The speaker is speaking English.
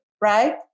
right